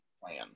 plan